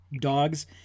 dogs